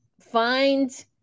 find